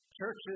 churches